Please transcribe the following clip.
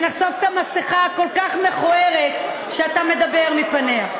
נחשוף את המסכה הכל-כך מכוערת שאתה מדבר ממנה.